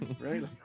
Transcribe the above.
Right